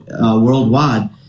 worldwide